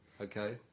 okay